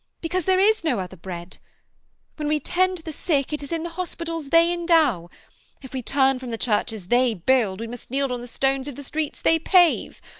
because there is no other bread when we tend the sick, it is in the hospitals they endow if we turn from the churches they build, we must kneel on the stones of the streets they pave.